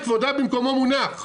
כבודה במקומה מונח.